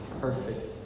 perfect